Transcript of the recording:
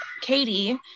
Katie